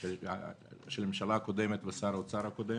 של הממשלה הקודמת ושר האוצר הקודם,